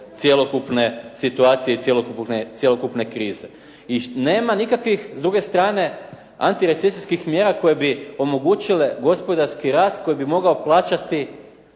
cjelokupne situacije i cjelokupne krize. I nema nikakvih s druge strane antirecesijskih mjera koje bi omogućile gospodarski rast koji bi mogao plaćati